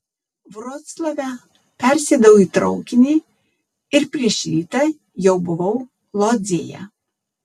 vroclave persėdau į traukinį ir prieš rytą jau buvau lodzėje